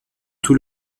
tout